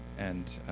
and